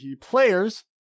Players